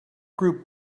group